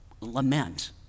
lament